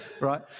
right